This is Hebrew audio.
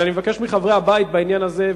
חבר הכנסת שי,